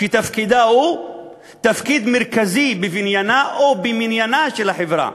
שתפקידה הוא תפקיד מרכזי בבניינה ובמניינה של החברה.